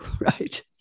right